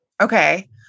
Okay